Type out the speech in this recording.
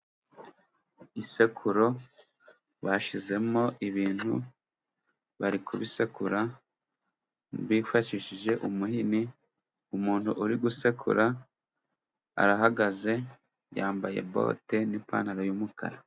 Isekuru bashyizemo ibintu bari kubisekura bifashishije umuhini. Umuntu uri gusekura arahagaze yambaye bote n'ipantaro y'umukara.